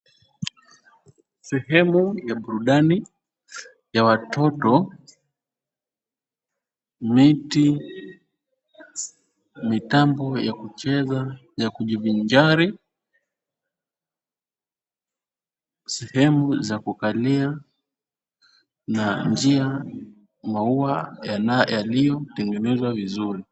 Sehemu ya burudani ya watoto, viti, mitambo ya kucheza, ya kujivinjari, sehemu za kukalia na njia maua yaliyo tengenezwa vizuri.